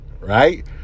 Right